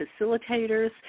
facilitators